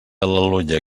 al·leluia